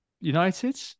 United